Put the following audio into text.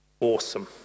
Awesome